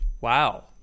Wow